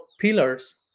pillars